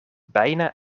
bijna